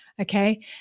okay